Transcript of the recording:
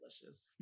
delicious